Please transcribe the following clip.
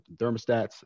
thermostats